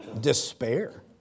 despair